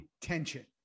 tension